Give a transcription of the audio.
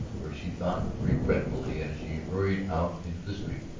for, she thought regretfully as she hurried out into the street,